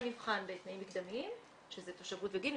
נבחן בתנאים מקדמיים שזה תושבות וגיל.